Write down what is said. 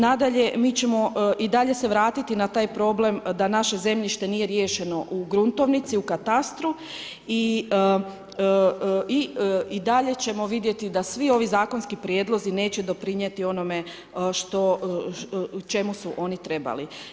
Nadalje, mi ćemo i dalje se vratiti na taj problem da naše zemljište nije riješeno u gruntovnici u katastru i dalje ćemo vidjeti da svi ovi zakonski prijedlozi neće doprinijeti onome čemu su oni trebali.